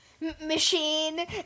machine